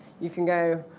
you can go,